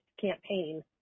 campaign